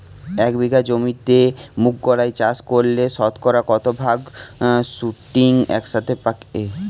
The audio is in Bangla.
এক বিঘা জমিতে মুঘ কলাই চাষ করলে শতকরা কত ভাগ শুটিং একসাথে পাকে?